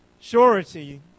surety